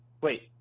Wait